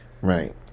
Right